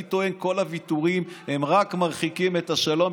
אני טוען: כל הוויתורים רק מרחיקים את השלום,